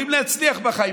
הם יכולים להצליח בחיים.